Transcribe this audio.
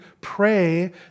Pray